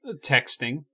Texting